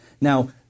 Now